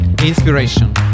Inspiration